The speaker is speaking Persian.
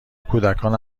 کودکان